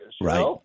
right